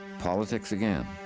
politics again.